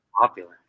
popular